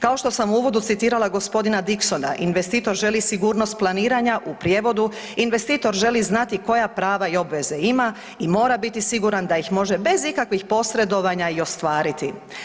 Kao što sam u uvodu citirala gospodina Dickinsona „Investitor želi sigurnost planiranja“ u prijevodu investitor želi znati koja prava i obveze ima i mora biti siguran da ih može bez ikakvih posredovanja i ostvariti.